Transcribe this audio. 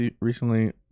recently